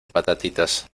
patatitas